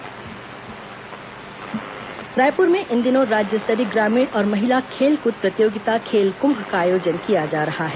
खेल कुम्भ रायपुर में इन दिनों राज्य स्तरीय ग्रामीण और महिला खेल कृद प्रतियोगिता खेल कृम्भ का आयोजन किया जा रहा है